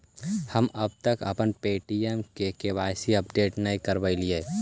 हम अब तक अपना पे.टी.एम का के.वाई.सी अपडेट न करवइली